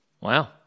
Wow